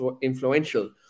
influential